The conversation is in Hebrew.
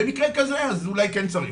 במקרה כזה, אז אולי כן צריך.